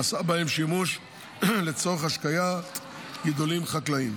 נעשה בהם שימוש לצורך השקיית גידולים חקלאיים.